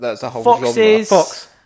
Foxes